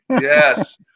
Yes